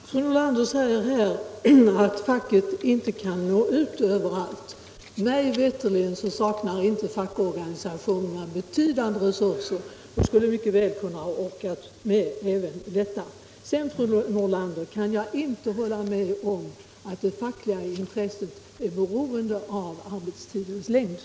Herr talman! Fru Nordlander säger att facket inte kan nå ut överallt. Mig veterligt har de fackliga organisationerna betydande resurser, och de skulle mycket väl orka med denna uppgift. Vidare, fru Nordlander, kan jag inte hålla med om att det fackliga intresset är beroende av ar — Jämställdhetsfråbetstidens längd.